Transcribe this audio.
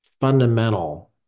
fundamental